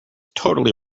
totally